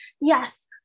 yes